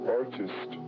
artist